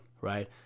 right